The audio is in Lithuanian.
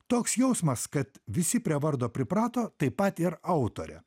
toks jausmas kad visi prie vardo priprato taip pat ir autorė